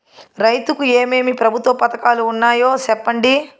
రైతుకు ఏమేమి ప్రభుత్వ పథకాలు ఉన్నాయో సెప్పండి?